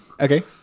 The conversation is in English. Okay